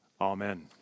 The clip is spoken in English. Amen